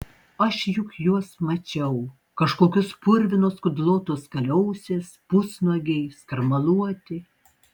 aš juk juos mačiau kažkokios purvinos kudlotos kaliausės pusnuogiai skarmaluoti